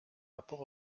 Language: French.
rapport